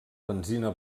benzina